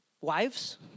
Wives